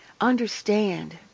understand